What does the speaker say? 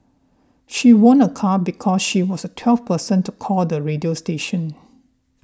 she won a car because she was the twelfth person to call the radio station